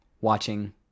watching